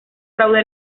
fraude